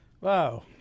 Wow